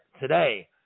today